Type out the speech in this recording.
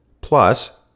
plus